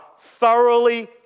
thoroughly